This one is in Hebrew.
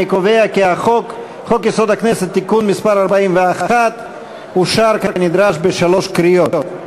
אני קובע כי חוק-יסוד: הכנסת (תיקון מס' 41) אושר כנדרש בשלוש קריאות.